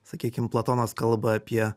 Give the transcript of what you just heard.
sakykim platonas kalba apie